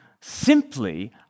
simply